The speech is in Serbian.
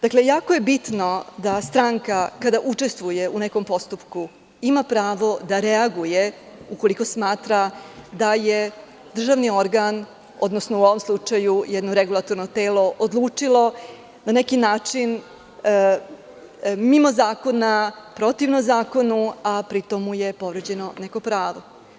Dakle, jako je bitno da stranka, kada učestvuje u nekom postupku, ima pravo da reaguje ukoliko smatra da je državni organ, odnosno u ovom slučaju jedno regulatorno telo, odlučilo na neki način, mimo zakona, protivno zakonu,a pri tom mu je povređeno neko pravo.